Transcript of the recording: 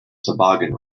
toboggan